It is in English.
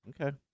Okay